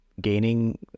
gaining